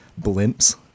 blimps